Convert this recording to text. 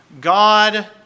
God